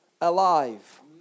alive